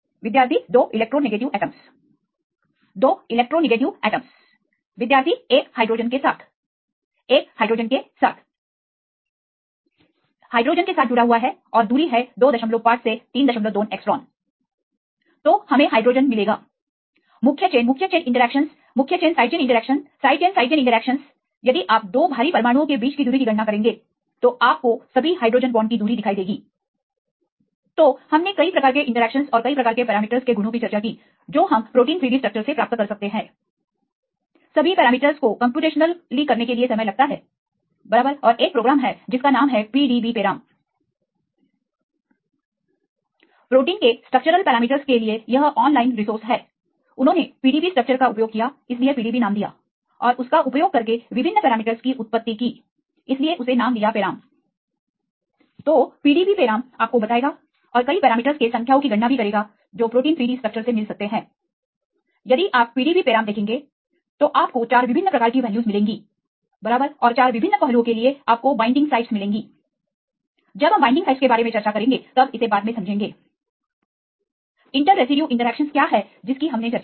विद्यार्थी 2 electronegative atom 2 electronegative atoms विद्यार्थी 1 hydrogen के साथ 1 हाइड्रोजन के साथ विद्यार्थी हाइड्रोजन के साथ जुड़ा हुआ है और दूरी है 25 से 32 एंगस्ट्रांम 5 to 32 angstrom तो हमें हाइड्रोजन मिलेगा मुख्य चेंन मुख्य चेन इंटरेक्शनस मुख्यचेन side chain interaction side chain side chain interactions यदि आप दो भारी परमाणुओं के बीच की दूरी की गणना करेंगे तो आपको सभी हाइड्रोजन बॉन्ड की दूरी दिखाई देगी तो हमने कई प्रकार की इंटरेक्शनस और कई प्रकार के पैरामीटर्स के गुणों की चर्चा की जो हम प्रोटीन 3D स्ट्रक्चरस से प्राप्त कर सकते हैं सभी पैरामीटर्स को कंप्यूटेशनली करने के लिए समय लगता है बराबर और एक प्रोग्राम है जिसका नाम है PDB पेराम प्रोटीन के स्ट्रक्चरल पैरामीटर्स के लिए यह ऑनलाइन रिसोर्स है उन्होंने PDB स्ट्रक्चर का उपयोग किया इसलिए PDB नाम दिया और उसका उपयोग करके विभिन्न पैरामीटरस की उत्पत्ति की इसलिए उसे नाम दिया पेराम तोPDB पेराम आपको बताएगा और कई पैरामीटर्स के संख्यओ की गणना भी करेगा जो प्रोटीन 3D स्ट्रक्चरस से मिल सकते हैं यदि आप PDBपेराम देखेंगे तोआपको 4 विभिन्न प्रकार की वैल्यूज मिलेंगी बराबर और 4 विभिन्न पहलुओं के लिए आपको बाइंडिंग साइटस मिलेंगी जब हम बाइंडिंग साइटस के बारे में चर्चा करेंगे तब इसे बाद में समझेंगे इंटर रेसिड्यू इंटरेक्शनस क्या है जिसकी हमने चर्चा की